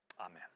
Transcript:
Amen